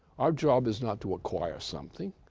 our job is not to acquire something!